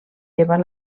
llevar